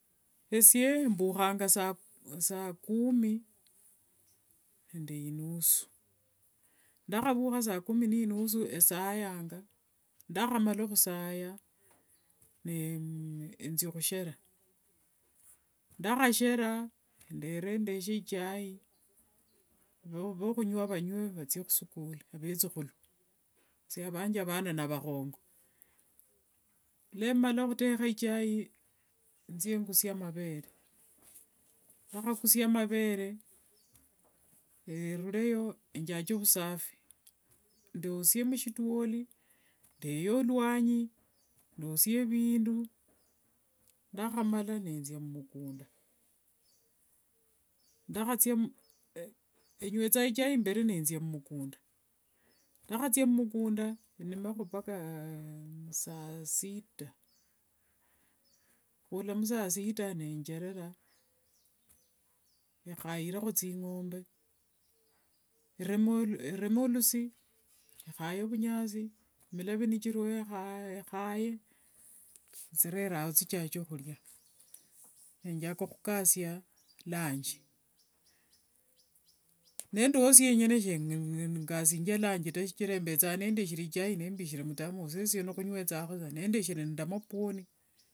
Esye mbukhanga sa kumi inde inusu, ndakhavukha saa kumi nde inusu eyo esayanga, ndakhamala khusaya ninzia khushera, ndere ndeshe ichai, vokhunywa vanywe vathie khusikuli, avethukhulu esye avanje vana navakhongo, nemala khutekha ichai, nzie ngusie mavere kwakhakusia amavere ruleyo, njache vusafi, ndoshie mushitwoli, ndeye olwanyi, ndosye vindu ndakhamala nenzia mumukunda, nywetjanga ichai mberi khunzie mumukunda, ndakhathia mumukunda, enimekho mpaka saa sita, khula musa sita nenjerera, ekhayirekho thingombe, reme olusi, khaye ovunyasi, milavi nichiriwo ekhaye thirerere ao thichache khuria, nenjaka khukatsia lunch, nendiwo shenyene shengasingia lunch tawe, shichira embethanga nindekhere ichai nimbishire muthamos, lano khunywethangakho saa nimba ninteshere nda amapuoni.